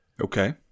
Okay